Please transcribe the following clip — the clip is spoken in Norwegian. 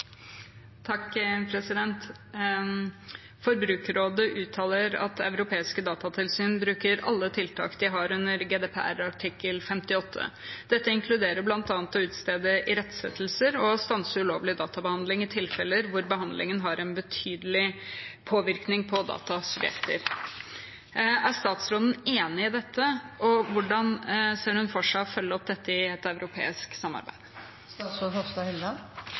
Forbrukerrådet uttaler at europeiske datatilsyn bruker alle tiltak de har under GDPR artikkel 58. Dette inkluderer bl.a. å utstede irettesettelser og stanse ulovlig databehandling i tilfeller hvor behandlingen har en betydelig påvirkning på datasubjekter. Er statsråden enig i dette? Hvordan ser hun for seg å følge opp dette i et europeisk samarbeid?